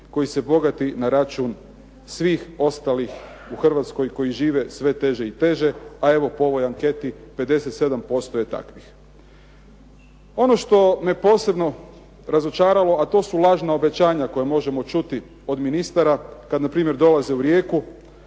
koji se bogati na račun svih ostalih u Hrvatskoj koji žive sve teže i teže, a evo po ovoj anketi 57% je takvih. Ono što me posebno razočaralo, a to su lažna obećanja koja možemo čuti od ministara kad npr. dolaze u Rijeku,